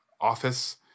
office